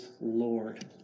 Lord